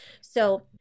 So-